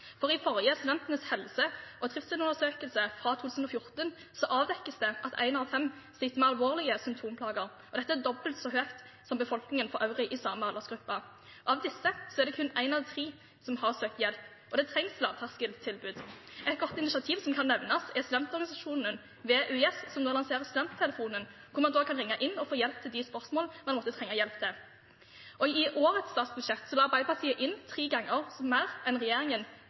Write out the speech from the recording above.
For i forrige Studentenes helse- og trivselsundersøkelse, fra 2014, avdekkes det at én av fem sliter med alvorlige symptomplager. Dette er dobbelt så høyt som i befolkningen for øvrig i samme aldersgruppe. Av disse er det kun én av tre som har søkt hjelp, og det trengs lavterskeltilbud. Et godt initiativ som kan nevnes, er studentorganisasjonen ved UiS, som nå lanserer Studenttelefonen, hvor man kan ringe inn og få hjelp til de spørsmålene man måtte trenge hjelp til. Og i årets statsbudsjett la Arbeiderpartiet inn tre ganger mer enn regjeringen